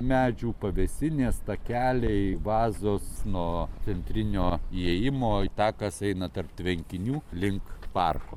medžių pavėsinės takeliai vazos nuo centrinio įėjimo takas eina tarp tvenkinių link parko